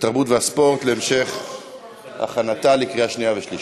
התרבות והספורט להמשך הכנתה לקריאה שנייה ושלישית.